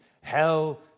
hell